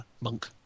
Monk